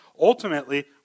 Ultimately